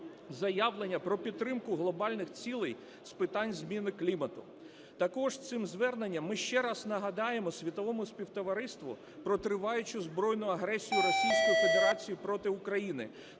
заявлення про підтримку глобальних цілей з питань зміни клімату. Також цим зверненням ми ще раз нагадаємо світовому співтовариству про триваючу збройну агресію Російської